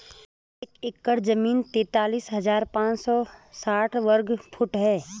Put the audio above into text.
एक एकड़ जमीन तैंतालीस हजार पांच सौ साठ वर्ग फुट है